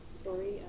story